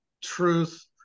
truth